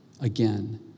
Again